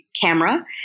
camera